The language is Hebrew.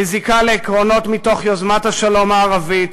בזיקה לעקרונות מתוך יוזמת השלום הערבית